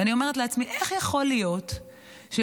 ואני אומרת לעצמי: איך יכול להיות שלחצי